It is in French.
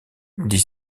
dit